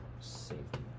safety